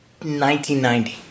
1990